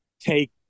take